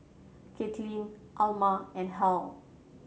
Katelyn Alma and Hal